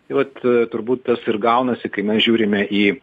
tai vat turbūt tas ir gaunasi kai mes žiūrime į